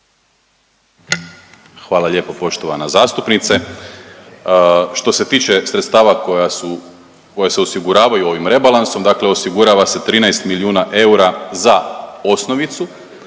Hvala lijepo poštovana zastupnice. Što se tiče sredstava koja su, koja se osiguravaju ovim rebalansom, dakle osigurava se 13 milijuna eura za osnovicu,